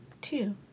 two